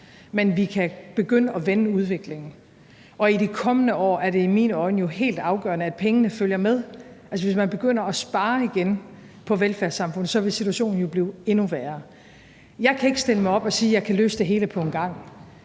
men vi kan begynde at vende udviklingen, og i de kommende år er det i mine øjne helt afgørende, at pengene følger med. Altså, hvis man begynder at spare igen på velfærdssamfundet, vil situationen jo blive endnu værre. Jeg kan ikke stille mig op og sige, at jeg kan løse det hele på en gang.